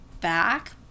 back